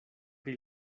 pri